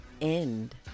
end